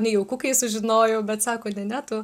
nejauku kai sužinojau bet sako ne ne tu